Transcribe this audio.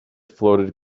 floated